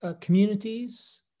communities